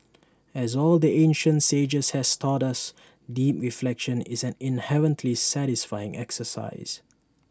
as all the ancient sages have taught us deep reflection is an inherently satisfying exercise